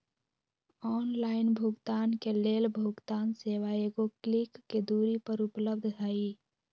online भुगतान के लेल भुगतान सेवा एगो क्लिक के दूरी पर उपलब्ध हइ